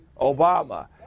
Obama